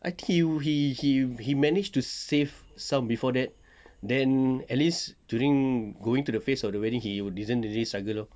I think he he he manages to save some before that then at least during going to the phase of the wedding he doesn't really struggle lor